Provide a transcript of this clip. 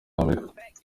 amerika